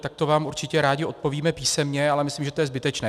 Takto vám určitě rádi odpovíme písemně, ale myslím, že to je zbytečné.